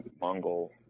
Mongol